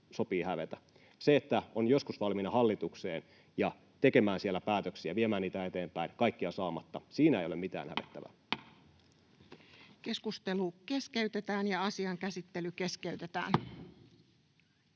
sopii hävetä. Siinä, että on joskus valmiina hallitukseen ja tekemään siellä päätöksiä ja viemään niitä eteenpäin, kaikkea saamatta, ei ole mitään hävettävää. [Speech 78] Speaker: Jussi